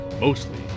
mostly